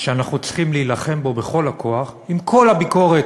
שאנחנו צריכים להילחם בו כל הכוח, עם כל הביקורת